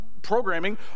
Programming